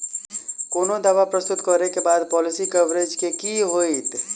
कोनो दावा प्रस्तुत करै केँ बाद पॉलिसी कवरेज केँ की होइत?